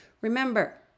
Remember